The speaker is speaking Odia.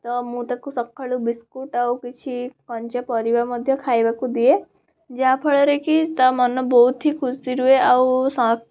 ତ ମୁଁ ତାକୁ ସଖାଳୁ ବିସ୍କୁଟ୍ ଆଉ କିଛି କଞ୍ଚାପରିବା ମଧ୍ୟ ଖାଇବାକୁ ଦିଏ ଯାହାଫଳରେ କି ତା ମନ ବହୁତ ହି ଖୁସିରୁହେ ଆଉ ଶାକ